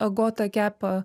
agota kepa